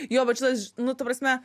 jo bet šitas nu ta prasme